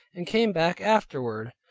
and came back afterward,